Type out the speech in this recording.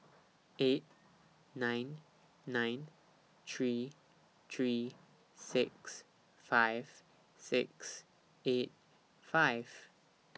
eight nine nine three three six five six eight five